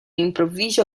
improvviso